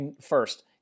First